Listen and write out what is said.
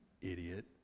idiot